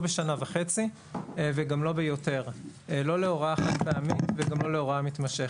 וחצי וגם לא ביותר; לא להוראה חד פעמית וגם לא להוראה מתמשכת.